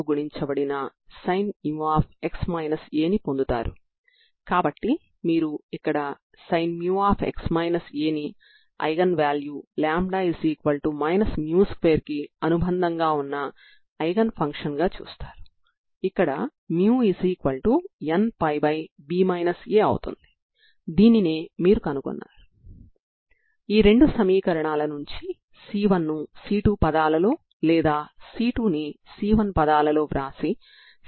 ఇప్పుడు మీరు రెండవ సరిహద్దు నియమం XL0 ని వర్తింపజేస్తే అది నాకు c1cos μL 0 ని ఇస్తుంది దీని నుండి c10 or cos μL 0 లేదా అవ్వాలి